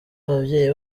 ababyeyi